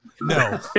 no